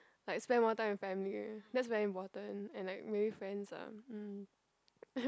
like spend more time with family that's very important and like maybe friends ah mm